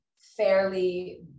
fairly